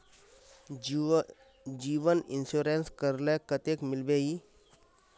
जीवन इंश्योरेंस करले कतेक मिलबे ई?